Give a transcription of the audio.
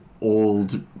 old